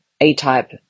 A-type